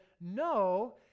No